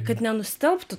kad nenustelbtų